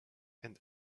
and